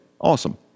Awesome